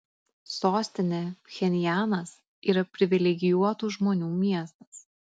sostinė pchenjanas yra privilegijuotų žmonių miestas